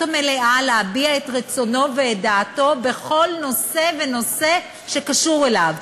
המלאה להביע את רצונו ואת דעתו בכל נושא ונושא שקשור אליו,